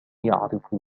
يعرف